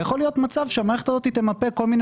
יכול להיות מצב שהמערכת הזאת תמפה כל מיני